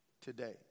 today